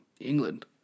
England